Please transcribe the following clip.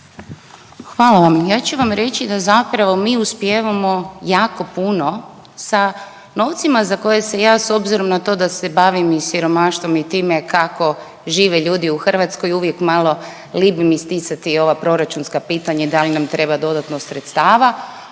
Hvala vam. Ja ću vam reći da zapravo mi uspijevamo jako puno sa novcima za koje se ja s obzirom na to da se bavim i siromaštvom i time kako žive ljudi u Hrvatskoj uvijek malo libim isticati ova proračunska pitanja da li nam treba dodatno sredstava